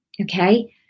Okay